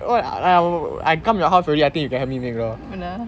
what I I wa~ I come your house already I think you can have me make lor